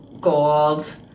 gold